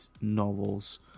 novels